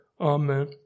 Amen